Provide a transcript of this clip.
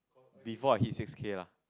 before I hit six K lah